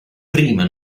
prima